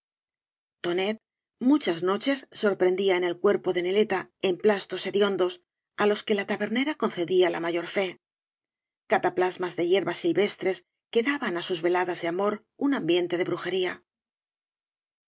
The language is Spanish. muchas noches sorprendía en el cuerpo de neleta emplastos hediondos á los que la tabernera concedía la mayor fe cataplasmas de hierbas silvestres que daban á sus veladas de amor un ambiente de brujería